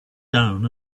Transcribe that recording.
down